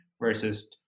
versus